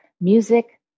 music